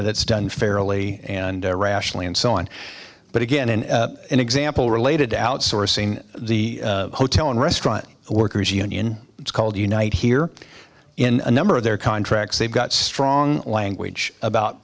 that it's done fairly and rationally and so on but again in an example related to outsourcing the hotel and restaurant workers union it's called unite here in a number of their contracts they've got strong ally anguage about